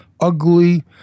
ugly